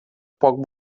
poc